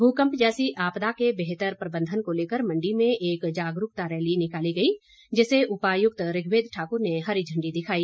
भूकंप जैसी आपदा के बेहतर प्रबंधन को लेकर मंडी में एक जागरूकता रैली निकाली गई जिसे उपायुक्त ऋग्वेद ठाकुर ने हरी झण्डी दिखाई